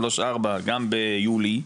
שלוש ארבע גם ביולי,